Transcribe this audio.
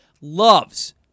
Loves